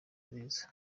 nziza